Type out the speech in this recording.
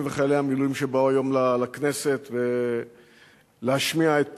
וחיילי המילואים שבאו היום לכנסת להשמיע את